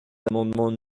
l’amendement